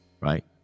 right